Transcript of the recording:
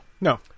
No